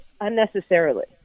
unnecessarily